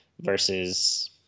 versus